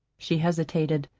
she hesitated,